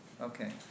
Okay